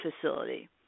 facility